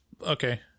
Okay